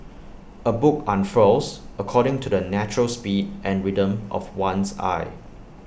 A book unfurls according to the natural speed and rhythm of one's eye